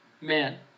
man